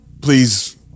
Please